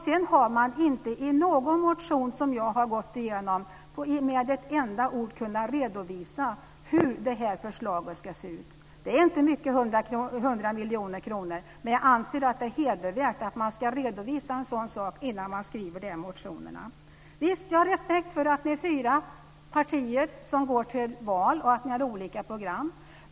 Sedan har man inte i någon motion som jag har gått igenom med ett enda ord kunnat redovisa hur detta förslag ska se ut. 100 miljoner kronor är inte mycket. Men jag anser att det är hedervärt att man redovisar en sådan sak innan man skriver detta i motionerna. Visst, jag har respekt för att det är fyra partier som vart och ett går till val och att de har olika program.